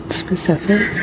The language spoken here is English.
specific